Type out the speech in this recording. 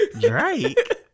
Drake